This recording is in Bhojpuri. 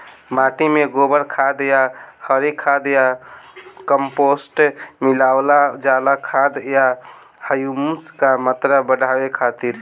माटी में गोबर खाद या हरी खाद या कम्पोस्ट मिलावल जाला खाद या ह्यूमस क मात्रा बढ़ावे खातिर?